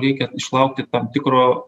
reikia išlaukti tam tikro